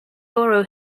borrow